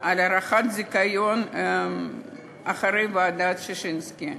על הארכת הזיכיון אחרי ועדת ששינסקי.